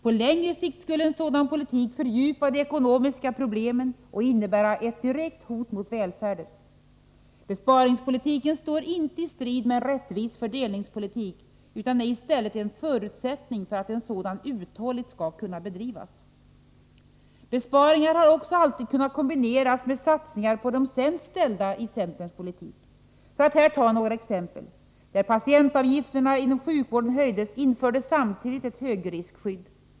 På längre sikt skulle en sådan politik fördjupa de ekonomiska problemen och innebära ett direkt hot mot välfärden. Besparingspolitiken står inte i strid med en rättvis fördelningspolitik utan är i stället en förutsättning för att en sådan uthålligt skall kunna bedrivas. Besparingar har i centerns politik också alltid kunnat kombineras med satsningar på de sämst ställda. För att ta några exempel: När patientavgifterna inom sjukvården höjdes, infördes samtidigt ett högriskskydd.